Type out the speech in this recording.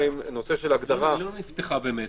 היא לא נפתחה באמת.